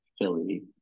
Philly